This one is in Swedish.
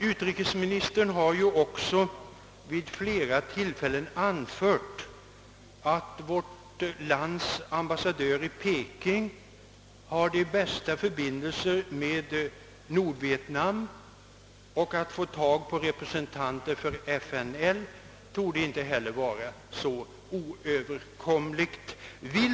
Utrikesministern har också vid flera tillfällen anfört att vårt lands ambassadör i Peking har de bästa förbindelser med Nordvietnam, och att få tag på representanter för FNL torde inte heller bereda oöverkomliga svårigheter.